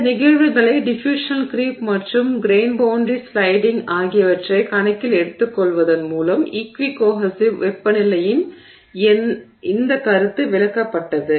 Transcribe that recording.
இந்த நிகழ்வுகளை diffusional creep மற்றும் கிரெய்ன் எல்லை ஸ்லைடிங் ஆகியவற்றை கணக்கில் எடுத்துக்கொள்வதன் மூலம் ஈக்வி கோஹெஸிவ் வெப்பநிலையின் இந்த கருத்து விளக்கப்பட்டது